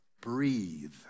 breathe